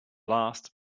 last